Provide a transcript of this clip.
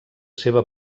seva